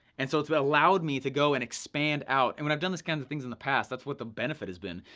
and so it's but allowed me to go and expand out, and when i've done these kinds of things in the past, that's what the benefit has been.